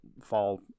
fall